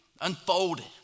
unfolded